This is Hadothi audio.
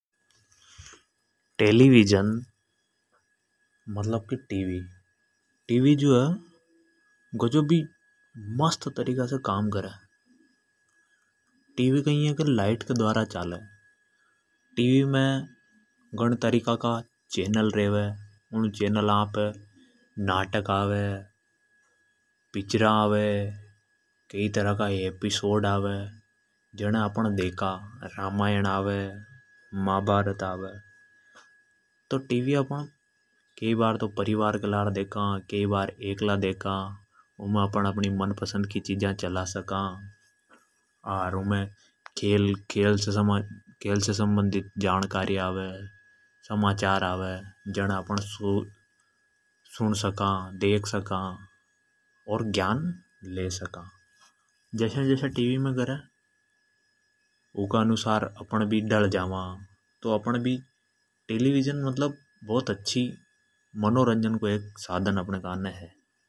टी वी जो है गजब ही मस्त तरीका स काम करे। या लाइट से चले। इमे घणा चैनाल आवे उन पर नाटक वे पिछरा आवे। कई एपिसोड आवे जने अपण देखा जस्या की रामायण महाभारत। टी वी अपण परिवार के लरे देखा। कई बार अकेला देखा उमे अपण अपनी मनपसंद की चिजा चला सका। उमे खेल से सम्बन्दी त समाचार आवे जण से ज्ञान ले सका टी वी अनुसार अपण ढल जावा। तो टेलीविजन अपण कान ने मनोरंजन को साधन है।